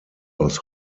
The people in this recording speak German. aus